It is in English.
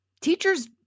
Teachers